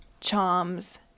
charms